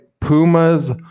Pumas